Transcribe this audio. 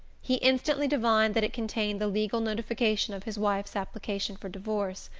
he instantly divined that it contained the legal notification of his wife's application for divorce,